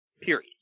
Period